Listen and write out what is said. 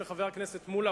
לחבר הכנסת מולה,